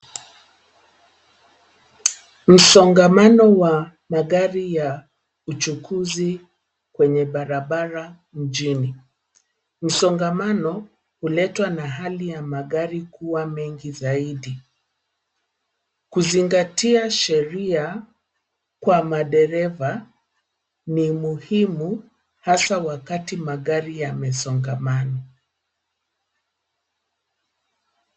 Msongamano wa magari ya uchukuzi kwenye barabara mjini. Msongamano huletwa na hali ya magari kuwa mengi zaidi. Kuzingatia sheria kwa madereva ni muhimu hasa wakati magari yamesongamana.